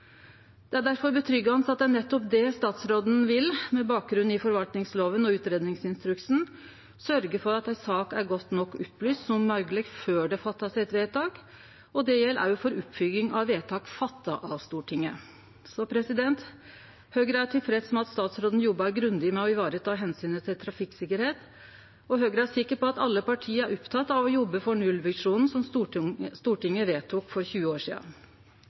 Det er derfor tryggande at det er nettopp det statsråden vil: med bakgrunn i forvaltningsloven og utgreiingsinstruksen sørgje for at ei sak er så godt opplyst som mogleg før det blir fatta eit vedtak. Det gjeld òg for oppfylging av vedtak fatta av Stortinget. Høgre er tilfreds med at statsråden jobbar grundig med å vareta omsynet til trafikksikkerheit, og Høgre er sikker på at alle parti er opptekne av å jobbe for nullvisjonen, som Stortinget vedtok for 20 år sidan.